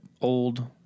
old